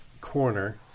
corner